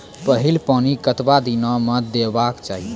पहिल पानि कतबा दिनो म देबाक चाही?